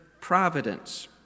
providence